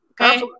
Okay